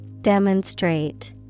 Demonstrate